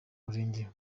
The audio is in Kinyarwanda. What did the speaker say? murenge